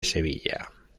sevilla